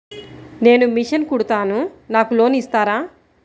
నేను మిషన్ కుడతాను నాకు లోన్ ఇస్తారా?